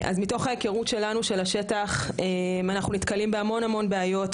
אז מתוך ההיכרות שלנו של השטח אנחנו נתקלים בהמון המון בעיות,